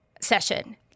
session